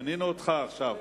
מינינו אותך עכשיו,